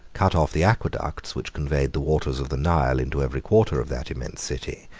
cut off the aqueducts which conveyed the waters of the nile into every quarter of that immense city,